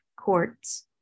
Court's